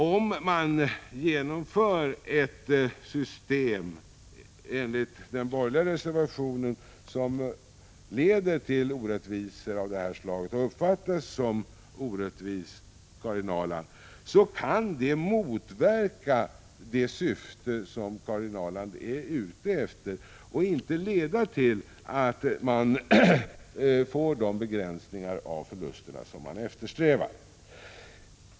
Om man genomför ett sådant system som eftersträvas i den borgerliga reservationen och som leder till orättvisor av nämnda slag och även uppfattas som orättvist, Karin Ahrland, kan det motverka Karin Ahrlands syfte. På det sättet får man inte de begränsningar av förlusterna som man eftersträvar.